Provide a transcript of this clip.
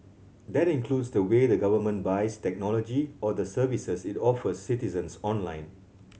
that includes the way the government buys technology or the services it offers citizens online